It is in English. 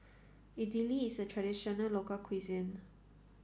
Idili is a traditional local cuisine